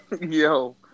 Yo